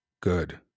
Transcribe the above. Good